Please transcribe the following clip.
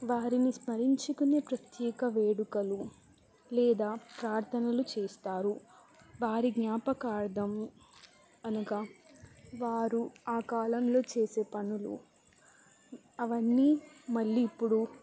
వారిని స్మరించుకునే ప్రత్యేక వేడుకలు లేదా ప్రార్థనలు చేస్తారు వారి జ్ఞాపకార్థం అనగా వారు ఆ కాలంలో చేసే పనులు అవన్నీ మళ్ళీ ఇప్పుడు